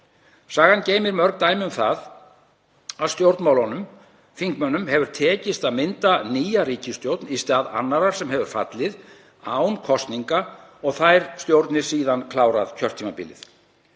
Sagan geymir mörg dæmi um það að stjórnmálunum, þingmönnum, hefur tekist að mynda nýja ríkisstjórn í stað annarrar sem hefur fallið án kosninga og þær stjórnir síðan klárað kjörtímabilið.